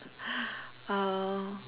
uh